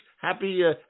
Happy